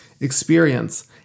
experience